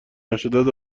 نشدن